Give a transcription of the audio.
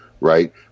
right